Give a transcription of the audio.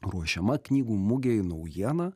ruošiama knygų mugei naujiena